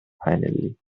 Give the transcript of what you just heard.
finally